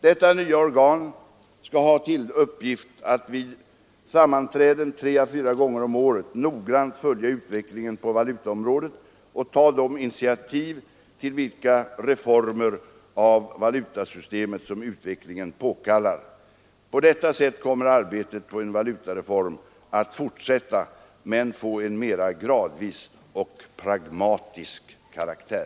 Detta nya organ skall ha till uppgift att vid sammanträden tre å fyra gånger om året noggrant följa utveckligen på valutaom rådet och ta de initiativ till reformer av valutasystemet som utvecklingen påkallar. På detta sätt kommer arbetet på en valutareform att fortsätta men få en mera gradvis och pragmatisk karaktär.